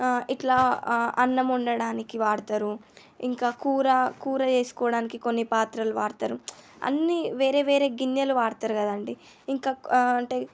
ఇట్లా అన్నం వండడానికి వాడతారు ఇంకా కూర కూర చేస్కోడానికి కొన్ని పాత్రలు వాడతారు అన్ని వేరే వేరే గిన్నెలు వాడతారు కదా అండి ఇంకా అంటే